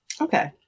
Okay